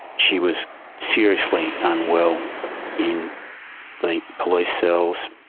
she was seriously unwell in the police cells,